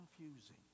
confusing